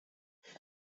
tgi